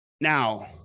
now